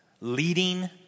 leading